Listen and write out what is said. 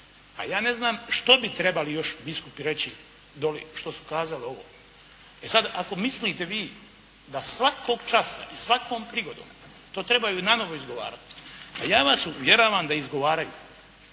A ja ne znam što bi trebali još biskupi reći doli što su kazali ovo. E sada ako mislite vi, da svakog časa i svakom prigodom to trebaju nanovo izgovarati, pa ja vas uvjeravam da izgovaraju.